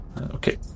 Okay